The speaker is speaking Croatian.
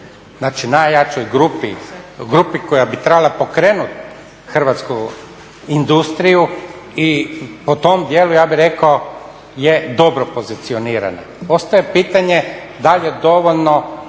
znači najjačoj grupi, grupi koja bi trebala pokrenuti hrvatsku industriju i po tom dijelu ja bih rekao je dobro pozicionirana. Ostaje pitanje da li je dovoljno